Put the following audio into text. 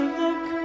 look